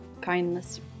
Kindness